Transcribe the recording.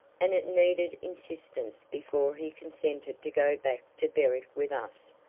and it needed insistence before he consented to go back to berwick with us.